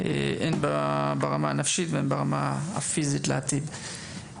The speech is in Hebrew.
הן ברמה הנפשית והן ברמה הפיזית לעתיד.